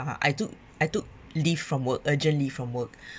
uh I took I took leave from work urgently leave from work